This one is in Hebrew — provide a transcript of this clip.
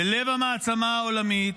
בלב המעצמה העולמית,